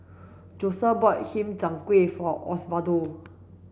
Josette bought Chiang Kueh for Osvaldo